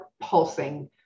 pulsing